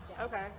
Okay